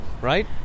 right